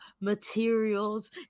materials